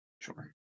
sure